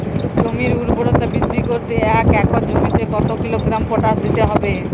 জমির ঊর্বরতা বৃদ্ধি করতে এক একর জমিতে কত কিলোগ্রাম পটাশ দিতে হবে?